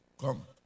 come